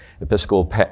episcopal